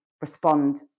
respond